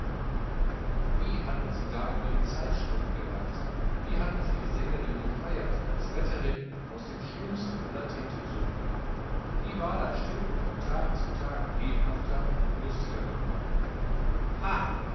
wie hatten sie da über die zeitschrift gelacht wie hatten sie die sängerin gefeiert als retterin aus dem schlimmsten aller tintensümpfe wie war da stilpe von tag zu tag lebhafter lustiger geworden ha